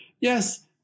yes